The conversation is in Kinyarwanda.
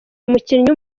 umukinnyi